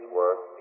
work